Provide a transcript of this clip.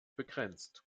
begrenzt